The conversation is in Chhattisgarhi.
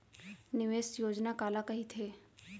निवेश योजना काला कहिथे?